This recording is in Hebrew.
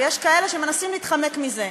ויש כאלה שמנסים להתחמק מזה,